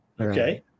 Okay